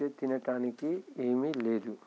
అయితే తినడానికి ఏమీ లేదు